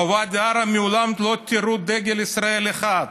בוואדי עארה לא תראו לעולם דגל ישראל אחד,